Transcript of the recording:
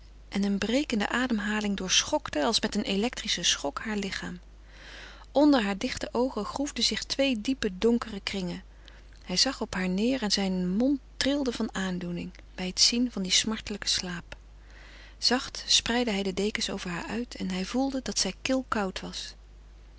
en een brekende ademhaling doorschokte als met electrischen schok haar lichaam onder haar dichte oogen groefden zich twee diepe donkere kringen hij zag op haar neer en zijn mond trilde van aandoening bij het zien van dien smartelijken slaap zacht spreidde hij de dekens over haar uit en hij voelde dat zij kilkoud was